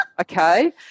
okay